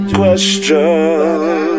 question